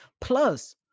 Plus